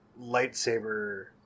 lightsaber